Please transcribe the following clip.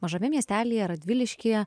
mažame miestelyje radviliškyje